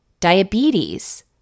diabetes